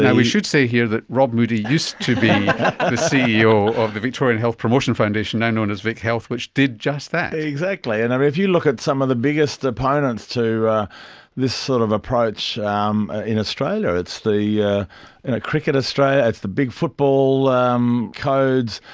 we should say here that rob moodie used to be the ceo of the victorian health promotion foundation, now known as vichealth, which did just that. exactly. and if you look at some of the biggest opponents to this sort of approach um in australia, it's ah and cricket australia, it's the big football um codes,